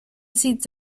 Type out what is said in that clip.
seats